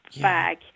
bag